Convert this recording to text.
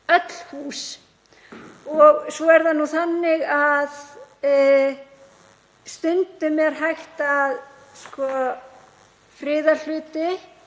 öll hús. Síðan er það þannig að stundum er hægt að friða hluti